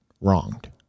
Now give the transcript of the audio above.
wronged